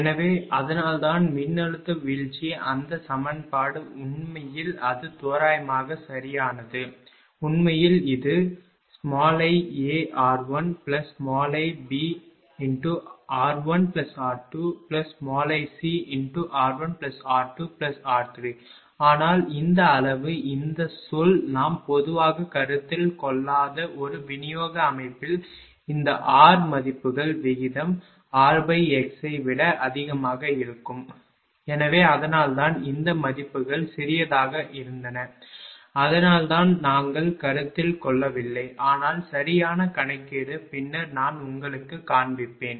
எனவே அதனால்தான் மின்னழுத்த வீழ்ச்சி அந்த சமன்பாடு உண்மையில் அது தோராயமாக சரியானது உண்மையில் இது iAr1iBr1r2iCr1r2r3 ஆனால் இந்த அளவு இந்த சொல் நாம் பொதுவாக கருத்தில் கொள்ளாத ஒரு விநியோக அமைப்பில் இந்த r மதிப்புகள் விகிதம் rx ஐ விட அதிகமாக இருக்கும் எனவே அதனால்தான் இந்த மதிப்புகள் சிறியதாக இருந்தன அதனால்தான் நாங்கள் கருத்தில் கொள்ளவில்லை ஆனால் சரியான கணக்கீடு பின்னர் நான் உங்களுக்குக் காண்பிப்பேன்